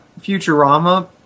Futurama